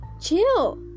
chill